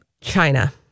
China